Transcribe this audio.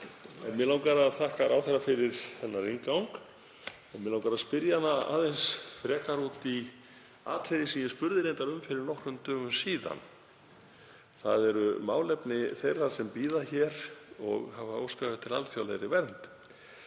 Mig langar að þakka ráðherra fyrir inngang hennar og mig langar að spyrja hana aðeins frekar út í atriði sem ég spurði reyndar um fyrir nokkrum dögum. Það eru málefni þeirra sem bíða hér og hafa óskað eftir alþjóðlegri vernd.